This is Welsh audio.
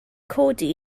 codi